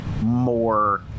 more